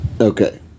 Okay